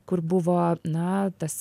kur buvo na tas